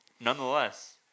nonetheless